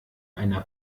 einer